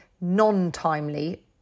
non-timely